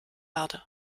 erde